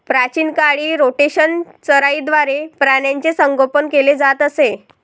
प्राचीन काळी रोटेशनल चराईद्वारे प्राण्यांचे संगोपन केले जात असे